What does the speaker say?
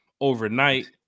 overnight